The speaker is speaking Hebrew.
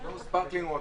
בוא נרשה ה' ו-ו'